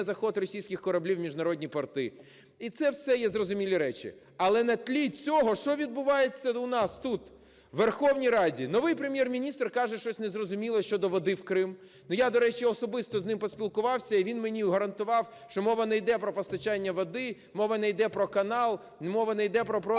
незахід російських кораблів в міжнародні порти. І це все є зрозумілі речі. Але на тлі цього що відбувається у нас тут, у Верховній Раді. Новий Прем'єр-міністр каже щось незрозуміле щодо води в Крим. Ну, я, до речі, особисто з ним поспілкувався і він мені гарантував, що мова не йде про постачання води, мова не йде про канал і мова не йде про продаж